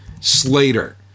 Slater